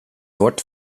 wordt